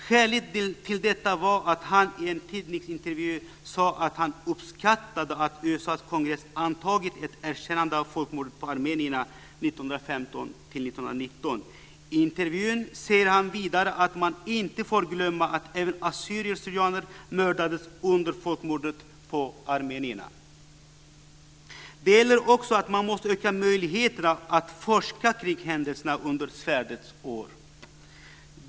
Skälet till detta var att han i en tidningsintervju sade att han uppskattade att USA:s kongress antagit ett erkännande av folkmordet på armenierna 1915-1919. I intervjun säger han vidare att man inte får glömma att även assyrier/syrianer mördades under folkmordet på armenierna. Det gäller också att man måste öka möjligheterna att forska kring händelserna under svärdets år.